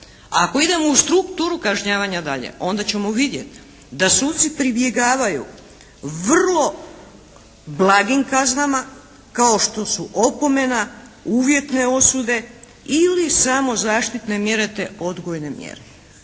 ako idemo u strukturu kažnjavanja dalje onda ćemo vidjeti da suci pribjegavaju vrlo blagim kaznama kao što su opomena, uvjetne osude ili samo zaštitne mjere te odgojne mjere.